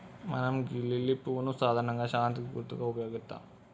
మనం గీ లిల్లీ పువ్వును సాధారణంగా శాంతికి గుర్తుగా ఉపయోగిత్తం